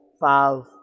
five